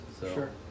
Sure